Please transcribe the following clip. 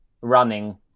running